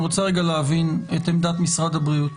אני רוצה להבין את עמדת משרד הבריאות.